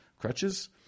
crutches